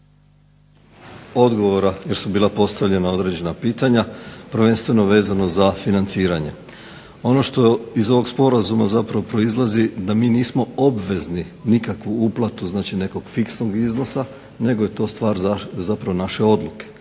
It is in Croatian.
odgovora jer su bila postavljena određena pitanja, prvenstveno vezano za financiranje. Ono što iz ovog sporazuma zapravo proizlazi da mi nismo obvezni nikakvu uplatu znači nekog fiksnog iznosa nego je to stvar naše odluke.